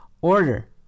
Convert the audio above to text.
order